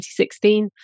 2016